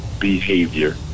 behavior